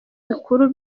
bikuru